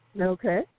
Okay